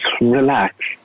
relax